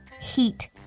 Heat